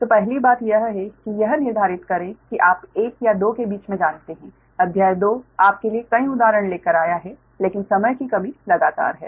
तो पहली बात यह है कि यह निर्धारित करें कि आप 1 या 2 के बीच में जानते हैं अध्याय II आपके लिए कई उदाहरण लेकर आया है लेकिन समय की कमी लगातार है